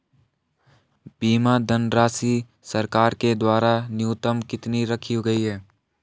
बीमा धनराशि सरकार के द्वारा न्यूनतम कितनी रखी गई है?